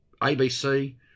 ABC